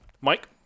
Mike